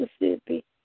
Mississippi